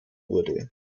wurde